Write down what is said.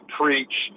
preach